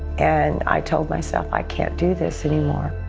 and i told myself, i can't do this anymore.